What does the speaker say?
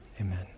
amen